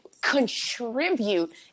contribute